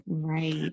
Right